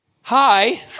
Hi